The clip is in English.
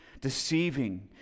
deceiving